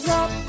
up